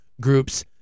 groups